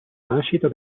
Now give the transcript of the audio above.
nascita